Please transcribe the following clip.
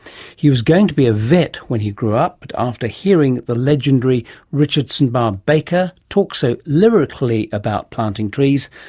he was going to be a vet when he grew up, but after hearing the legendary richard st. barbe baker talk so lyrically about planting trees,